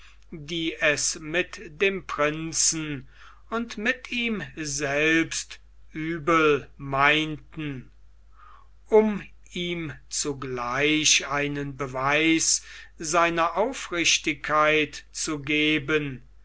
die es mit dem prinzen und mit ihm selbst übel meinten um ihm zugleich einen beweis seiner aufrichtigkeit zu geben